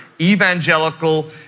evangelical